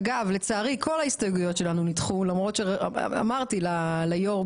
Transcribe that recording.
אגב לצערי כל ההסתייגויות שלנו נדחו למרות שאמרתי ליו"ר,